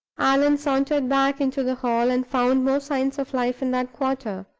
allan sauntered back into the hall, and found more signs of life in that quarter.